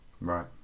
right